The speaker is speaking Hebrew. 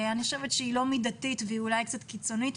אני חושבת שהיא לא מידתית והיא אולי קצת קיצונית.